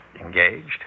Engaged